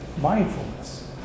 mindfulness